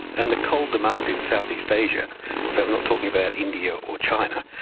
and the coal demand in southeast asia, so we're not talking about india or china,